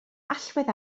allwedd